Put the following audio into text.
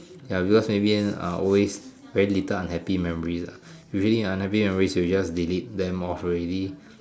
ya because always very little memories ah usually unhappy memories you will just delete them off already